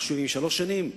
שלוש שנים,